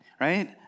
right